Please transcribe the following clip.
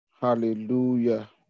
Hallelujah